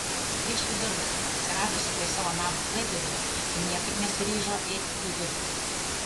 prieš vidurnakti atsiradusi prie savo namo klaipėdoje niekaip nesiryžo eiti į vidų